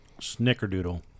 snickerdoodle